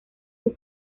sus